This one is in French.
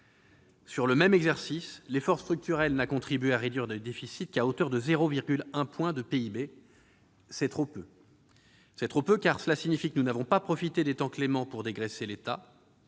Sur le même exercice, l'effort structurel n'a contribué à réduire le déficit qu'à hauteur de 0,1 point de PIB. C'est trop peu ! C'est trop peu, d'abord, car cela signifie que nous n'avons pas profité des temps cléments pour dégraisser l'État.